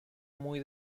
muy